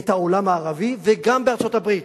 את העולם הערבי, וגם בארצות-הברית,